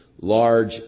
large